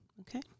Okay